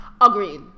Agreed